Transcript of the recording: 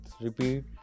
repeat